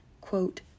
quote